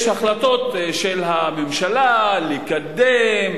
יש החלטות של הממשלה לקדם,